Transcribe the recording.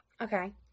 Okay